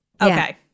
Okay